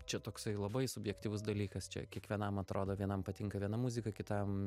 čia toksai labai subjektyvus dalykas čia kiekvienam atrodo vienam patinka viena muzika kitam